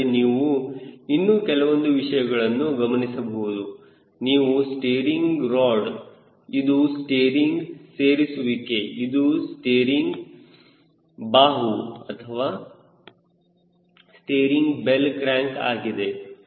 ಇವುಗಳಲ್ಲಿ ನೀವು ಇನ್ನೂ ಕೆಲವೊಂದು ವಿಷಯಗಳನ್ನು ನೋಡಬಹುದು ನೀವು ಸ್ಟಿಯರಿಂಗ್ ರೋಡ್ ಇದು ಸ್ಟಿಯರಿಂಗ್ ಸೇರಿಸುವಿಕೆ ಇದು ಸ್ಟಿಯರಿಂಗ್ ಬಾಹು ಅಥವಾ ಸ್ಟಿಯರಿಂಗ್ ಬೆಲ್ ಕ್ರಾಂಕ್ ಆಗಿದೆ